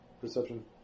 Perception